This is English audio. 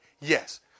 Yes